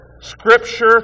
scripture